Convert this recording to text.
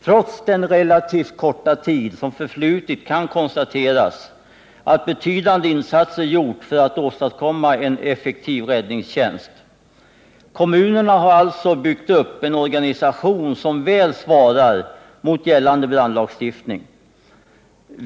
Trots den relativt korta tid som förflutit kan konstateras att betydande insatser gjorts för att åstadkomma en effektiv räddningstjänst. Kommunerna har alltså byggt upp en organisation som väl svarar mot gällande brandlagstiftning.